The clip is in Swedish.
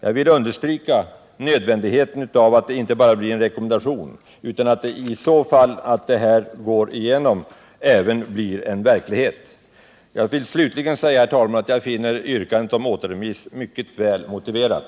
Jag vill understryka nödvändigheten av att det inte bara blir en rekommendation utan att det — om det föreliggande förslaget går igenom — blir verklighet. Jag vill slutligen säga att jag finner yrkandet på återremiss mycket väl motiverat.